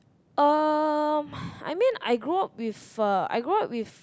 um I mean I grow up with uh I grow up with